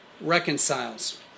reconciles